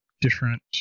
different